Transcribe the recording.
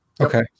Okay